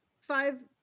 five